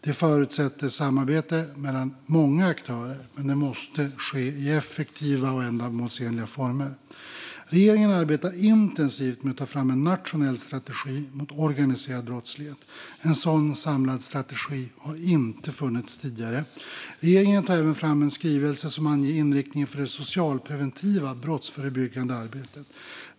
Det förutsätter samarbete mellan många aktörer, men det måste ske i effektiva och ändamålsenliga former. Regeringen arbetar intensivt med att ta fram en nationell strategi mot organiserad brottslighet. En sådan samlad strategi har inte funnits tidigare. Regeringen tar även fram en skrivelse som anger inriktningen för det socialpreventiva brottsförebyggande arbetet.